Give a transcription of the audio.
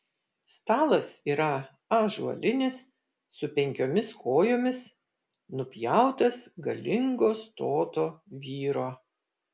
stalas yra ąžuolinis su penkiomis kojomis nupjautas galingo stoto vyro